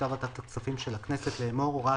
מחליטה ועדת הכספים של הכנסת לאמור: הוראת